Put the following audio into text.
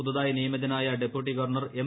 പുതുതായി നിയമിതനായ deputy governor M